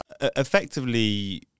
Effectively